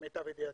למיטב ידיעתי,